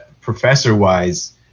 professor-wise